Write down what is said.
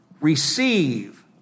Receive